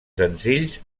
senzills